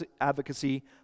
advocacy